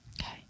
okay